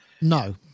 No